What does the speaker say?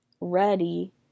ready